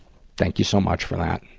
thank you so much for that.